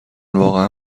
واقعا